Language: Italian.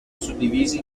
suddivisi